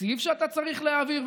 תקציב שאתה צריך להעביר,